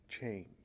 change